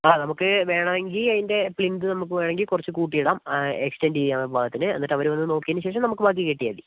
ആ നമുക്ക് വേണമെങ്കിൽ അതിൻ്റെ പ്ലിന്ത് നമുക്ക് വേണമെങ്കിൽ കുറച്ച് കൂട്ടി ഇടം എക്സ്റ്റൻഡ് ചെയ്യാൻ പാകത്തിന് എന്നിട്ട് അവർ വന്ന് നോക്കിയതിന് ശേഷം നമുക്ക് മാറ്റി ബാക്കി കെട്ടിയാൽ മതി